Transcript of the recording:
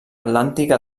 atlàntica